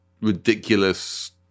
ridiculous